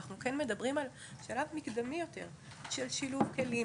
אנחנו כן מדברים על שלב מקדמי יותר של שילוב כלים,